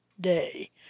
day